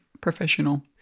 professional